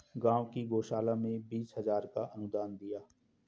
गांव की गौशाला में बीस हजार का अनुदान दिया